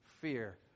fear